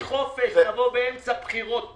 אנחנו נבוא בחופש, נבוא באמצע בחירות,